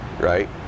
right